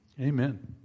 Amen